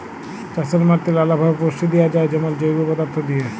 চাষের মাটিতে লালাভাবে পুষ্টি দিঁয়া যায় যেমল জৈব পদাথ্থ দিঁয়ে